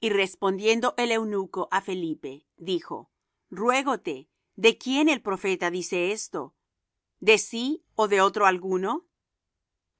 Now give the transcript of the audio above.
y respondiendo el eunuco á felipe dijo ruégote de quién el profeta dice esto de sí ó de otro alguno